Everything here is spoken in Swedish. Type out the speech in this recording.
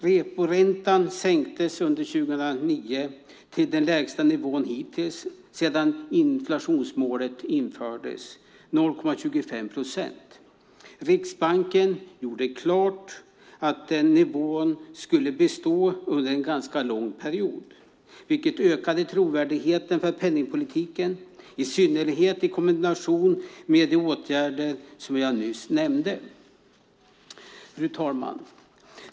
Reporäntan sänktes under 2009 till den lägsta nivån hittills sedan inflationsmålet infördes - 0,25 procent. Riksbanken gjorde klart att den nivån skulle bestå under en ganska lång period, vilket ökade trovärdigheten för penningpolitiken, i synnerhet i kombination med de åtgärder som jag nyss nämnde. Fru talman!